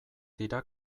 dira